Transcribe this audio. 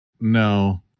no